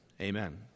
amen